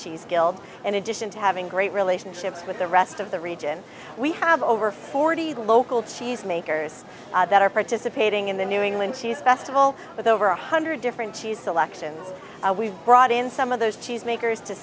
she's killed in addition to having great relationships with the rest of the region we have over forty local cheesemakers that are participating in the new england she's best of all with over one hundred different cheese selections we've brought in some of those cheese makers to